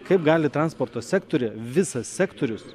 kaip gali transporto sektoriuje visas sektorius